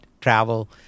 travel